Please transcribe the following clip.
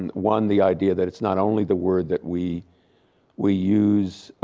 and one the idea that it's not only the word that we we use